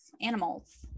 animals